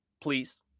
please